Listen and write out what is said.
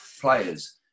players